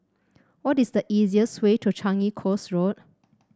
what is the easiest way to Changi Coast Road